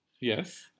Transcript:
Yes